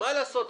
מה לעשות,